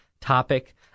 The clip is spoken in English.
topic